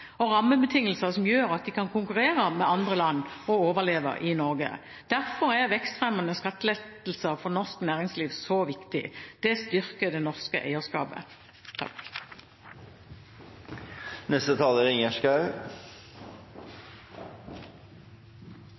av rammebetingelser som gjør at de kan konkurrere med andre land og overleve i Norge. Derfor er vekstfremmende skattelettelser for norsk næringsliv så viktig. Det styrker det norske eierskapet. Jeg er